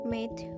Made